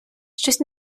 щось